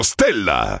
Stella